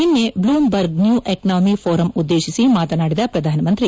ನಿನ್ನೆ Bloomberg new economy forum ಉದ್ದೇಶಿಸಿ ಮಾತನಾಡಿದ ಪ್ರಧಾನಮಂತ್ರಿ